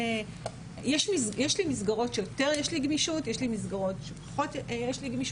יש לי מסגרות שיש לי יותר גמישות ויש לי מסגרות שיש לי פחות גמישות,